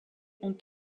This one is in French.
ont